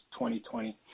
2020